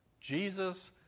Jesus